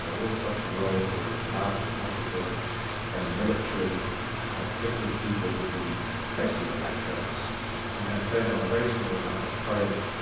ah all across the world there are labs and hospitals and the military have fitted people with basically electrodes and and turned on a very small amount of current.